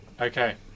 okay